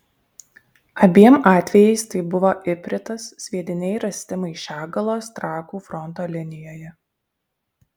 abiem atvejais tai buvo ipritas sviediniai rasti maišiagalos trakų fronto linijoje